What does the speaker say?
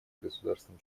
государствам